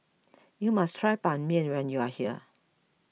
you must try Ban Mian when you are here